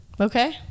Okay